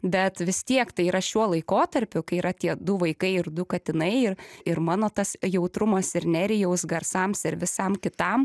bet vis tiek tai yra šiuo laikotarpiu kai yra tie du vaikai ir du katinai ir ir mano tas jautrumas ir nerijaus garsams ir visam kitam